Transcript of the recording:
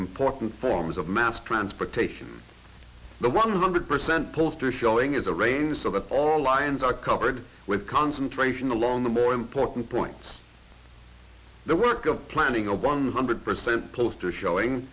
important forms of mass transportation the one hundred percent poster showing is a range so that all lines are covered with concentration along the more important points the work of planning a one hundred percent close to showing